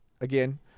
Again